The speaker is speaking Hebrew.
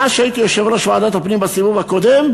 מאז הייתי יושב-ראש ועדת הפנים בסיבוב הקודם,